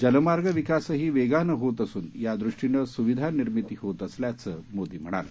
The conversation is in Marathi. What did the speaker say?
जलमार्ग विकासही वेगानं असून यादृष्टीनं सुविधा निर्मिती होत असल्याचं मोदी म्हणाले